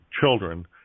children